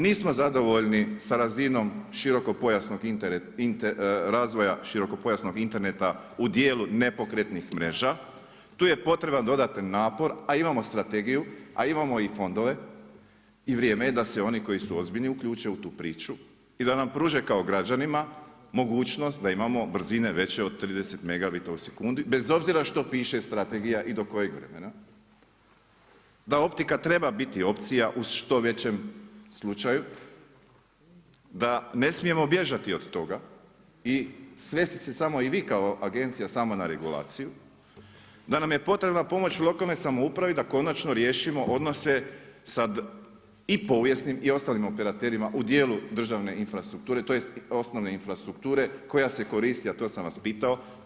Nismo zadovoljni sa razinom razvoja širokopojasnog interneta u dijelu nepokretnih mreža, tu je potreban dodatan napor a imamo strategiju, a imamo i fondove i vrijeme je da se oni koji su ozbiljni uključe u tu priču i da nam pruže kao građanima mogućnost da imamo brzine veće od 30 megabita u sekundi bez obzira što piše strategija i do kojeg vremena, da optika treba opcija u što većem slučaju, da ne smijemo bježati od toga i svesti se i vi kao agencija, samo na regulaciju, da nam je potrebna pomoć lokalne samouprave i da konačno riješimo odnose sa i povijesnim i ostalim operaterima u djelu državne infrastrukture, tj. osnovne infrastrukture koja se koristi, a to sam vas pitao.